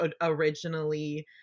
originally